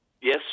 Yes